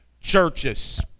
churches